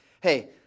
hey